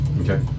Okay